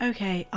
Okay